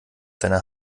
seiner